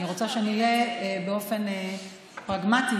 אני רוצה שנראה באופן פרגמטי,